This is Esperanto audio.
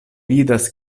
vidas